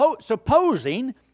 supposing